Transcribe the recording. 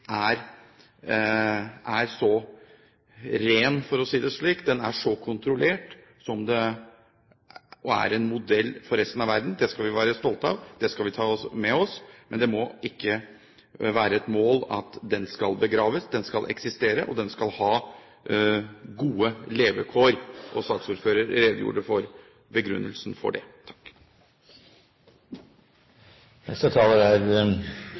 er så ren og kontrollert, for å si det slik, og er en modell for resten av verden. Det skal vi være stolte av og ta med oss. Men det må ikke være et mål at den skal begraves. Den skal eksistere, og den skal ha gode levevilkår. Saksordføreren redegjorde for begrunnelsen for det.